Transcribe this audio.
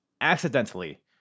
accidentally